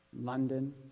London